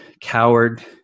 coward